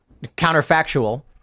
counterfactual